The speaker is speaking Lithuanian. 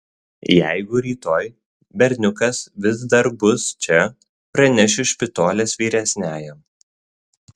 jeigu rytoj berniukas vis dar bus čia pranešiu špitolės vyresniajam